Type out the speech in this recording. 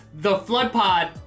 thefloodpod